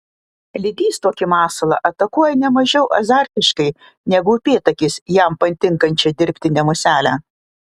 lydys tokį masalą atakuoja ne mažiau azartiškai negu upėtakis jam patinkančią dirbtinę muselę